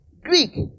Greek